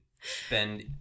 spend